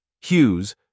Hughes